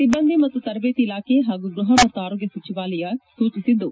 ಸಿಬ್ಲಂದಿ ಮತ್ತು ತರಬೇತಿ ಇಲಾಖೆ ಹಾಗೂ ಗ್ವಹ ಮತ್ತು ಆರೋಗ್ಯ ಸಚಿವಾಲಯ ಸೂಚಿಸಿವೆ